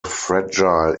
fragile